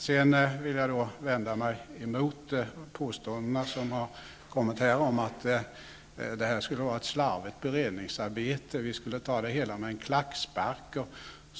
Jag vill vidare vända mig emot påståendena om att det här skulle vara fråga om ett slarvigt beredningsarbete och att vi skulle ta det hela med en klackspark.